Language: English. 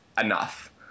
enough